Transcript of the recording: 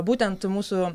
būtent mūsų